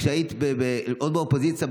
כשהיית עוד באופוזיציה,